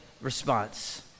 response